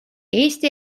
eesti